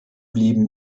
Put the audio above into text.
blieben